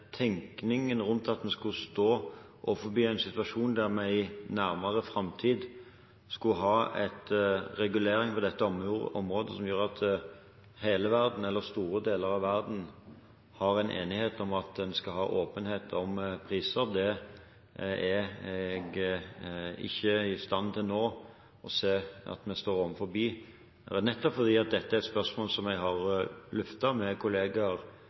vi skulle stå overfor en situasjon der vi i nærmere framtid skulle ha en regulering på dette området som gjør at hele eller store deler av verden har en enighet om at en skal ha åpenhet om priser: Det er jeg ikke i stand til nå å se at vi står overfor, nettopp fordi dette er et spørsmål som jeg har luftet med